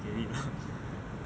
because the [one] I told you about